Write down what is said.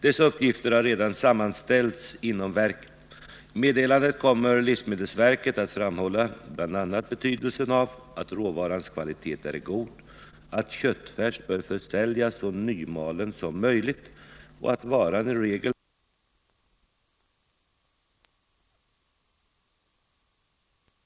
Dessa uppgifter har redan sammanställts inom verket. I meddelandet kommer livsmedelsverket att framhålla bl.a. betydelsen av att råvarans kvalitet är god, att köttfärs bör försäljas så nymalen som möjligt och att varan i regel bör märkas med sista förbrukningstidpunkt inom 24 timmar räknat från malningstillfället. Verket avser vidare att kalla branschföreträdare till ett möte för genomgång av olika åtgärder för att förbättra den hygieniska kvaliteten på paketerad köttfärs.